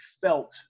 felt